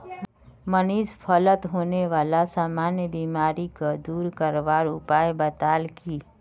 मनीष फलत होने बाला सामान्य बीमारिक दूर करवार उपाय बताल की